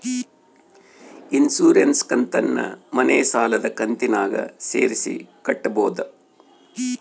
Insurance ಕಂತನ್ನ ಮನೆ ಸಾಲದ ಕಂತಿನಾಗ ಸೇರಿಸಿ ಕಟ್ಟಬೋದ?